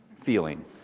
feeling